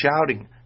shouting